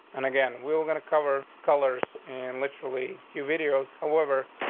and again, we were gonna cover colors and literally few videos. however,